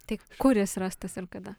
tai kur is rastas ir kada